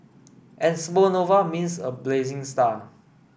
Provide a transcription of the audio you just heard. and supernova means a blazing star